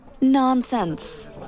Nonsense